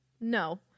no